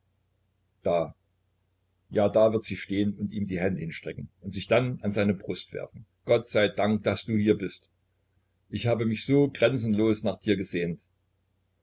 da ja da wird sie stehen und ihm die hände hinstrecken und sich dann an seine brust werfen gott sei dank daß du hier bist ich habe mich so grenzenlos nach dir gesehnt